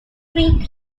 free